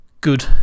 good